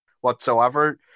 whatsoever